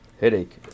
headache